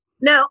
No